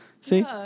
See